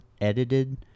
edited